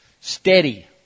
Steady